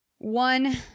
One